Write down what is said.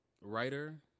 Writer